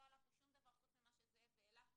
לא עלה פה שום דבר חוץ ממה שזאב העלה,